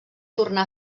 tornar